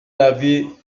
l’avis